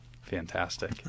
Fantastic